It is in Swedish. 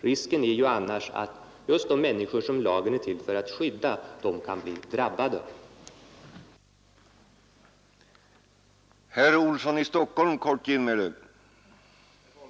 Risken är ju annars att just de människor som lagen är till för att skydda i stället kan bli drabbade av den.